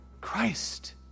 Christ